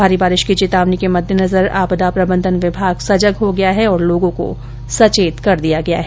भारी बारिश की चेतावनी के मद्देनजर आपदा प्रबंधन विभाग सजग हो गया है और लोगों को सचेत किया गया हैं